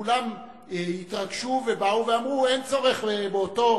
כולם התרגשו ובאו ואמרו: אין צורך באותו